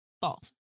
false